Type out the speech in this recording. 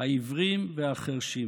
העיוורים והחירשים?